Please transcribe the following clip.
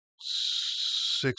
six